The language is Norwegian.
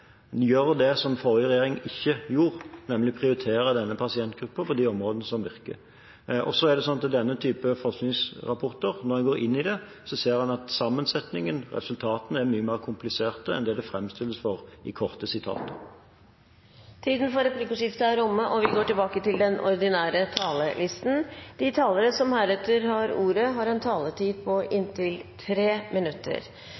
som den forrige regjering ikke gjorde, nemlig å prioritere denne pasientgruppen på de områdene som virker. Så er det slik at når en går inn i denne type forskningsrapporter, ser en at når det gjelder sammensetning og resultater, er dette mye mer komplisert enn det framstilles som i korte sitater. Replikkordskiftet er dermed omme. De talere som heretter får ordet, har en taletid på inntil 3 minutter.